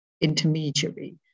intermediary